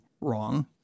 wrong